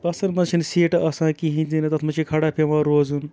بَسَن منٛز چھِنہٕ سیٖٹہٕ آسان کِہیٖنۍ تِہ نہٕ تَتھ منٛز چھِ کھڑا پٮ۪وان روزُن